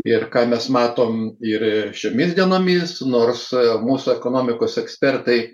ir ką mes matom ir šiomis dienomis nors mūsų ekonomikos ekspertai